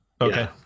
Okay